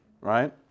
Right